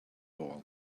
ball